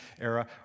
era